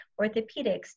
orthopedics